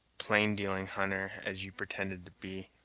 plain-dealing hunter, as you've pretended to be!